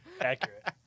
Accurate